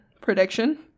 prediction